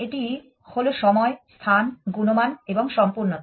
এটি হল সময় স্থান গুণমান এবং সম্পূর্ণতা